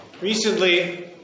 Recently